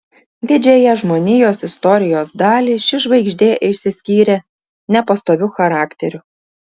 didžiąją žmonijos istorijos dalį ši žvaigždė išsiskyrė nepastoviu charakteriu